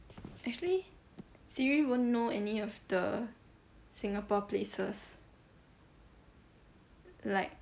actually siri won't know any of the Singapore places like